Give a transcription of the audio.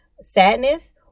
sadness